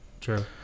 True